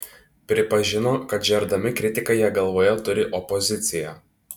pripažino kad žerdami kritiką jie galvoje turi opoziciją